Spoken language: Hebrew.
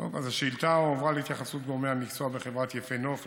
השאילתה הועברה להתייחסות גורמי המקצוע בחברת יפה נוף,